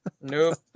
Nope